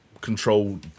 Control